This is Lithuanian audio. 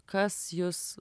kas jus